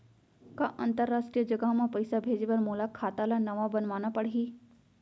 का अंतरराष्ट्रीय जगह म पइसा भेजे बर मोला खाता ल नवा बनवाना पड़ही?